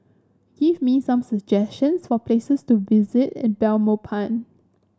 give me some suggestions for places to visit in Belmopan